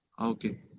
Okay